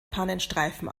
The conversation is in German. pannenstreifen